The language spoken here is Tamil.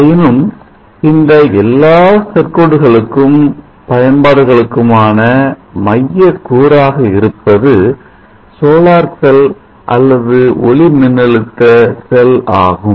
ஆயினும் இந்த எல்லா சர்க்யூட் களுக்கும் பயன்பாடுகளுக்கும் ஆன மையக் கூறாக இருப்பது சோலார் செல் அல்லது ஒளிமின்னழுத்த செல் ஆகும்